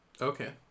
Okay